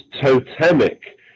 totemic